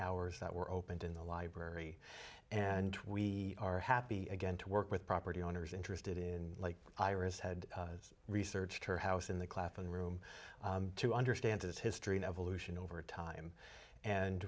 hours that were opened in the library and we are happy again to work with property owners interested in like iris had researched her house in the clapham room to understand its history and evolution over time and